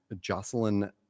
Jocelyn